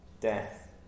death